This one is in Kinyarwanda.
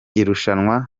irushanwa